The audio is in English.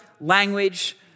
language